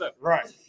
Right